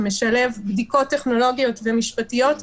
שמשלב בדיקות טכנולוגיות ומשפטיות,